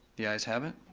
the ayes have it